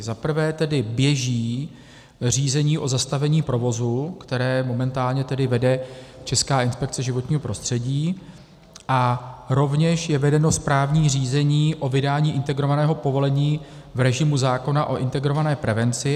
Za prvé tedy běží řízení o zastavení provozu, které momentálně tedy vede Česká inspekce životního prostředí, a rovněž je vedeno správní řízení o vydání integrovaného povolení v režimu zákona o integrované prevenci.